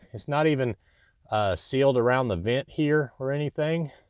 it's not even sealed around the vent here or anything.